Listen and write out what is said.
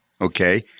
Okay